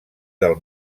del